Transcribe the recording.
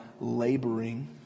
laboring